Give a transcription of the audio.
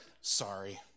sorry